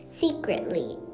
secretly